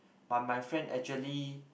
but my friend actually